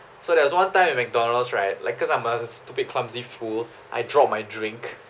so there was one time in mcdonald's right like cause I'm a uh stupid clumsy fool I dropped my drink